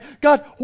god